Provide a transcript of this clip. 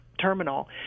terminal